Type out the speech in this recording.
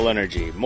Energy